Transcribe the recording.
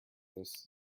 this